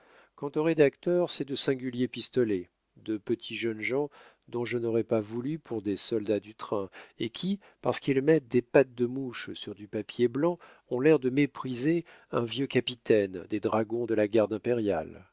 quant aux rédacteurs c'est de singuliers pistolets de petits jeunes gens dont je n'aurais pas voulu pour des soldats du train et qui parce qu'ils mettent des pattes de mouche sur du papier blanc ont l'air de mépriser un vieux capitaine des dragons de la garde impériale